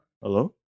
Hello